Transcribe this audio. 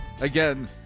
again